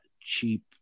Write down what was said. cheap